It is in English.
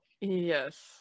yes